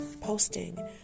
posting